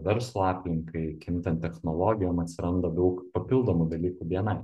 verslo aplinkai kintant technologijom atsiranda daug papildomų dalykų bni